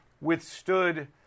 withstood